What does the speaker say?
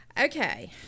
Okay